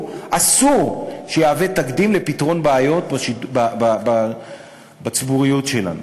אסור שיהיה תקדים לפתרון בעיות בציבוריות שלנו.